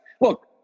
look